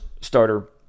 starter